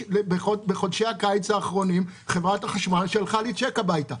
בחודשי הקיץ האחרונים חברת החשמל שלחה לנו כסף הביתה.